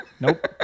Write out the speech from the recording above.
Nope